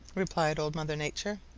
replied old mother nature.